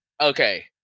okay